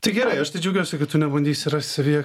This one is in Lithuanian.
tai gerai aš tai džiaugiuosi kad tu nebandysi rast savyje